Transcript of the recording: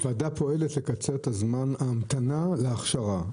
הוועדה פועלת לקצר את זמן ההמתנה להכשרה,